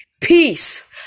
peace